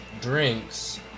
drinks